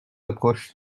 approches